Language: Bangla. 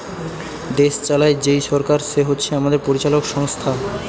দেশ চালায় যেই সরকার সে হচ্ছে আমাদের পরিচালক সংস্থা